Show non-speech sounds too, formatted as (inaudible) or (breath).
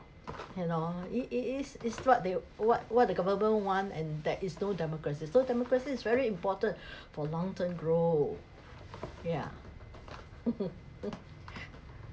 you know it it is it's what they what what the government wants and that is no democracy so democracy is very important (breath) for long term growth yeah (laughs)